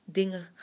dingen